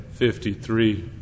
53